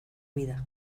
vida